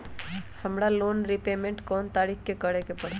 हमरा loan repayment कोन तारीख के करे के परतई?